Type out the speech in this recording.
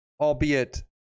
albeit